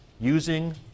using